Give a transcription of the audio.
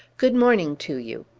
good-morning to you.